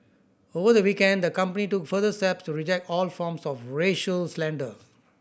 over the weekend the company took further steps to reject all forms of racial slander